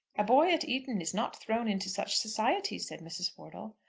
a boy at eton is not thrown into such society, said mrs. wortle.